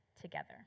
together